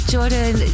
Jordan